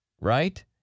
right